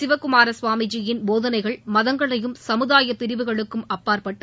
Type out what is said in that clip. சிவக்குமார சுவாமிஜி யின் போதனைகள் மதங்களையும் சமுதாய பிரிவுகளுக்கும் அப்பாற்பட்டு